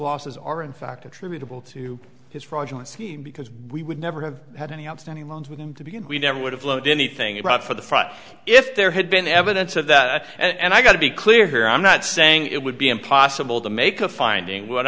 losses are in fact attributable to his fraudulent scheme because we would never have had any outstanding loans with him to be and we never would have loaded anything about for the price if there had been evidence of that and i got to be clear here i'm not saying it would be impossible to make a finding what